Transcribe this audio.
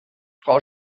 frau